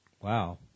Wow